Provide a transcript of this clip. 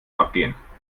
abgehen